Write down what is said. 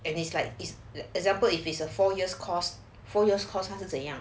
and it's like his example if it's a four years course four yours cause 他是怎样